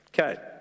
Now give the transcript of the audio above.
Okay